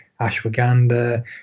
ashwagandha